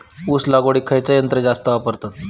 ऊस लावडीक खयचा यंत्र जास्त वापरतत?